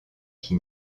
qui